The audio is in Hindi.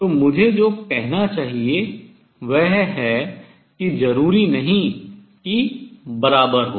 तो मुझे जो कहना चाहिए वह है कि जरूरी नहीं की बराबर हो